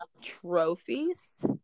trophies